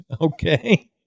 Okay